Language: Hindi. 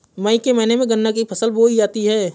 मई के महीने में गन्ना की फसल बोई जाती है